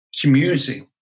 community